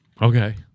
Okay